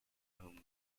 home